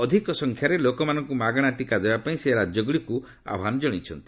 ଅଧିକ ସଂଖ୍ୟାରେ ଲୋକମାନଙ୍କ ମାଗଣା ଟିକା ଦେବା ପାଇଁ ସେ ରାଜ୍ୟଗୁଡ଼ିଙ୍କୁ ଆହ୍ୱାନ ଜଣାଇଛନ୍ତି